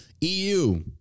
EU